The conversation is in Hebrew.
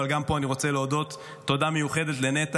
אבל גם פה אני רוצה להודות תודה מיוחדת לנטע,